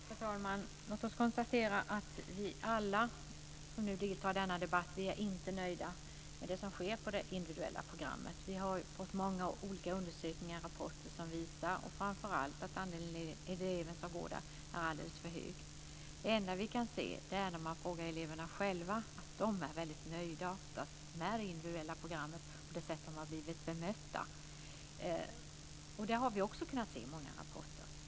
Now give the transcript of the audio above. Fru talman! Låt oss konstatera att vi alla som nu deltar i denna debatt inte är nöjda med det som sker på det individuella programmet. Vi har fått många olika rapporter som visar det. Framför allt är andelen elever som går där alldeles för hög. Men när man frågar eleverna själva kan vi se att de oftast är väldigt nöjda med det individuella programmet och det sätt som de har blivit bemötta på. Det har vi också kunnat se i många rapporter.